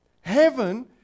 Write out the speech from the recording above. Heaven